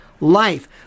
life